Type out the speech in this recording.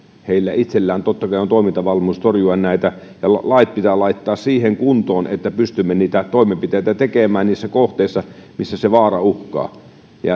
heillä itsellään totta kai on toimintavalmius torjua näitä ja lait pitää laittaa siihen kuntoon että pystymme niitä toimenpiteitä tekemään niissä kohteissa missä se vaara uhkaa